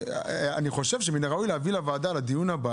אני חושב שמן הראוי יהיה להביא לדיון הבא